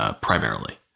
primarily